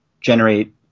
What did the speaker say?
generate –